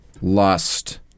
lust